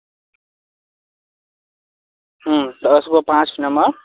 hello हँ